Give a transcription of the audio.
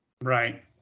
Right